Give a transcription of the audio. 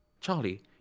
Charlie